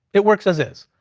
it works as is.